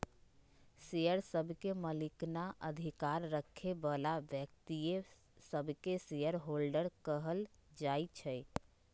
share सभके मलिकना अधिकार रखे बला व्यक्तिय सभके शेयर होल्डर कहल जाइ छइ